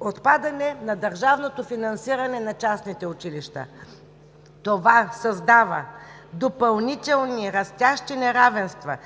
Отпадане на държавното финансиране на частните училища. Това създава допълнителни растящи неравенства